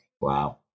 Wow